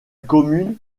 commune